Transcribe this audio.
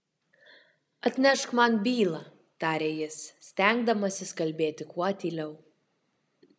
atnešk man bylą tarė jis stengdamasis kalbėti kuo tyliau